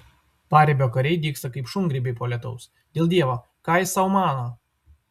paribio kariai dygsta kaip šungrybiai po lietaus dėl dievo ką jis sau mano